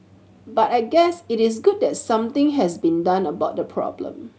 but I guess it is good that something has been done about the problem